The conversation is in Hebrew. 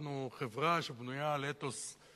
אנחנו חברה שבנויה על אתוס.